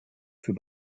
für